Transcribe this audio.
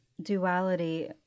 duality